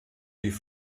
die